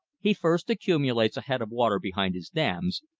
he first accumulates a head of water behind his dams,